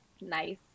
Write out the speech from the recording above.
Nice